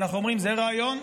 אנחנו אומרים: זה רעיון,